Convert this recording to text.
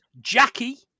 Jackie